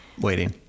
Waiting